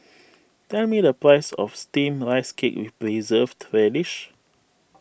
tell me the price of Steamed Rice Cake with Preserved Radish